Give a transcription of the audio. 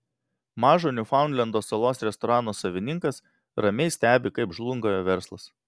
mažo niufaundlendo salos restorano savininkas ramiai stebi kaip žlunga jo verslas